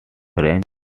french